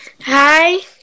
hi